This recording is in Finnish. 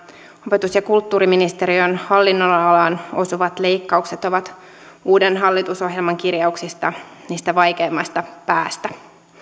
opetus ja kulttuuriministeriön hallinnon alaan osuvat leikkaukset ovat uuden hallitusohjelman kirjauksista siitä vaikeimmasta päästä